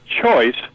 choice